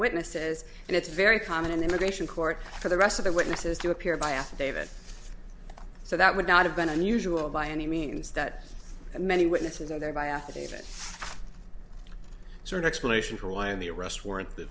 witnesses and it's very common in immigration court for the rest of the witnesses to appear by affidavit so that would not have been unusual by any means that many witnesses and thereby affidavit sort explanation for why in the arrest warrant the